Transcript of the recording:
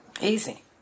easy